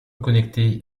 connecter